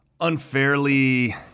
unfairly